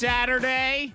Saturday